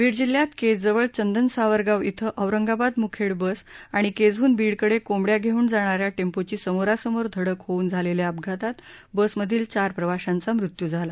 बीड जिल्ह्यात केजजवळ चंदन सावरगाव इथं औरंगाबाद म्खेड बस आणि केजहन बीडकडे कोंबड्या घेऊन जाणा या टेंम्पोची समोरासमोर धडक होऊन झालेल्या अपघातात बसमधील चार प्रवाशांचा मृत्यू झाला